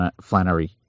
Flannery